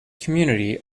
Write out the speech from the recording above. community